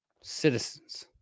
citizens